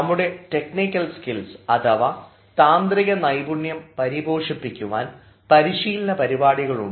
നമ്മുടെ technical skills അഥവാ താന്ത്രിക നൈപുണ്യം പരിപോഷിപ്പിക്കുവാൻ പരിശീലന പരിപാടികൾ ഉണ്ട്